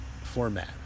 format